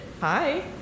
Hi